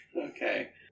Okay